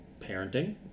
parenting